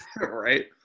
Right